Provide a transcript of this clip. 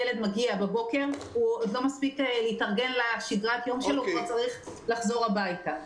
הילד עוד לא מספיק להתארגן לשגרת היום שלו וכבר צריך לחזור הביתה.